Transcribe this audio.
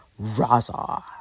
Raza